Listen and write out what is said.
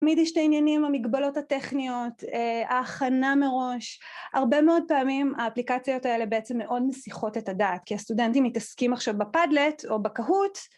תמיד יש את העניינים, המגבלות הטכניות, ההכנה מראש, הרבה מאוד פעמים האפליקציות האלה בעצם מאוד מסיחות את הדעת, כי הסטודנטים מתעסקים עכשיו בפאדלט או בקהוט